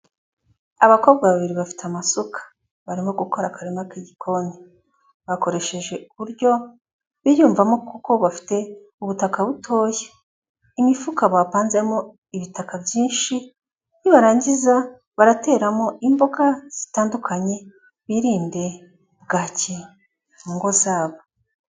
Abakobwa babiri bafite amasuka barimo gukora akarima k'igikoni, bakoresheje uburyo biyumvamo kuko bafite ubutaka butoya, imifuka bapanzemo ibitaka byinshi nibarangiza barateramo imboga zitandukanye birinde bwake mu ngo zabo.